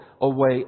away